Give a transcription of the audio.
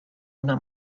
una